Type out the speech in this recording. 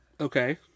Okay